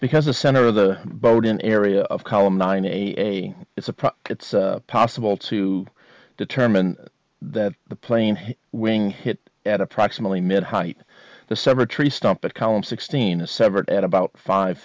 because the center of the boat in area of column nine a it's a it's possible to determine that the plane wing hit at approximately mid height the several tree stump a column sixteen a severed at about five